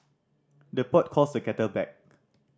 the pot calls the kettle black